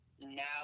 now